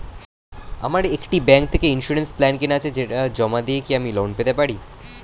আমার একটি ব্যাংক থেকে ইন্সুরেন্স প্ল্যান কেনা আছে সেটা জমা দিয়ে কি লোন পেতে পারি?